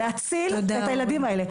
להציל את הילדים האלה.